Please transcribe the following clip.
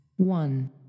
One